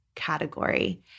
category